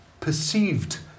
perceived